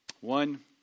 One